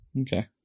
Okay